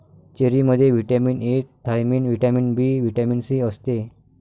चेरीमध्ये vitamin A, thiamine, vitamin B, vitamin C असते